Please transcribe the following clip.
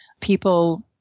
People